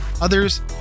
others